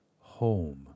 Home